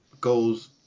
goes